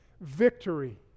victory